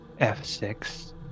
F6